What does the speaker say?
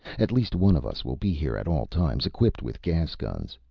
at least one of us will be here at all times, equipped with gas guns.